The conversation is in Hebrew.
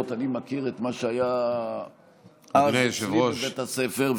ולפחות אני מכיר את מה שהיה אז אצלי בבית הספר,